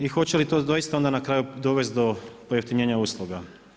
I hoće li to doista onda na kraju dovesti do pojeftinjenja usluga?